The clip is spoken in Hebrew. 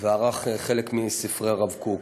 וערך חלק מספרי הרב קוק.